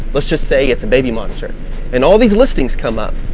let's just say it's a baby monitor and all these listings come up,